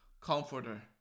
Comforter